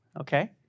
okay